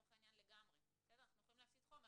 אנחנו יכולים להפסיד חומר.